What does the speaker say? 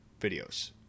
videos